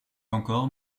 encore